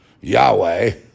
Yahweh